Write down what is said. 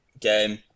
game